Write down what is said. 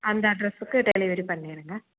அந்த அட்ரஸுக்கு டெலிவரி பண்ணிடுங்க